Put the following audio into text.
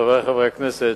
חברי חברי הכנסת,